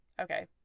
Okay